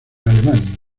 alemania